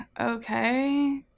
okay